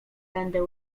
będę